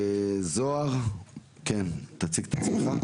זוהר, כן תציג את עצמך.